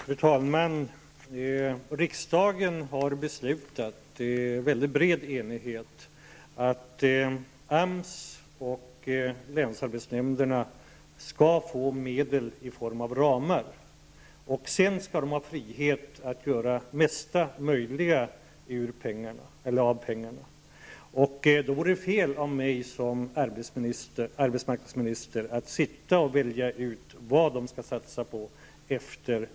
Fru talman! Riksdagen har beslutat, med väldigt bred enighet, att AMS och länsarbetsnämnderna skall få medel i form av ramar. Därefter skall de ha friheten att göra det mesta möjliga av pengarna. Efter detta riksdagsbelut vore det felaktigt av mig att såsom arbetsmarknadsminister välja ut vad kommunerna skall satsa på.